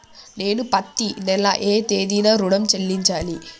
నేను పత్తి నెల ఏ తేదీనా ఋణం చెల్లించాలి?